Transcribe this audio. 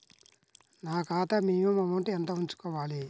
నా ఖాతా minimum amount ఎంత ఉంచుకోవాలి?